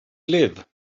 live